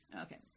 Okay